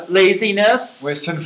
...laziness